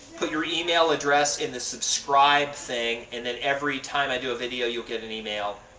put your email address in the subscribe thing and then every time i do a video, you ll get an email.